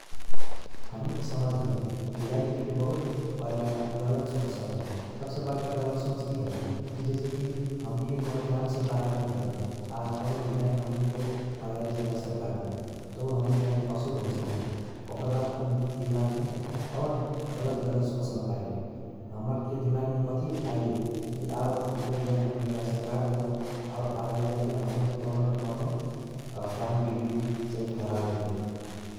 हमनीके समाजमे बिलाईके लेके बहुत बर्का गलत सोच सब है । सबसे बर्का गलत सोच इ है कि जैसे कि हमनीके कौनो कामसे बाहर निकालली आ कौनो बिलाई हमनिके अगारिसे रास्ता कटदेलक त उ हमनीके लागि अशुभ होजाइए। ओकर बाद हमनीके दिमागमे और गलत गलत सोच सब आइए । हमनीके दिमागमे कथी आइए कि आब इत बिलाई हमनीके रास्ता कटदेलक आब अगारि जाके हमनीके कौनों न कौनों काम बिग्री चाही खराब होई।